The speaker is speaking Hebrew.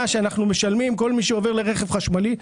שאנחנו משלמים כל מי שעובר לרכב חשמלי.